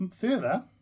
further